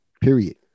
Period